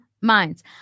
minds